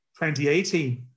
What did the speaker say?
2018